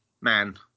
man